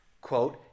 quote